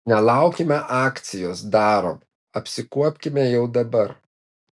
nelaukime akcijos darom apsikuopkime jau dabar